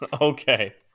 okay